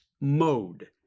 mode